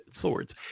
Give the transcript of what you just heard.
swords